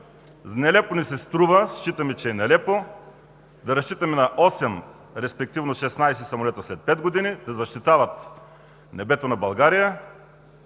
Нелепо ни се струва, считаме, че е нелепо да разчитаме на 8, респективно 16 самолета след пет години да защитават небето на България